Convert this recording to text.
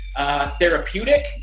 Therapeutic